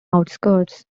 outskirts